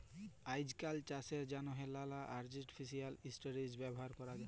আইজকাল চাষের জ্যনহে লালা আর্টিফিসিয়াল ইলটেলিজেলস ব্যাভার ক্যরা হ্যয়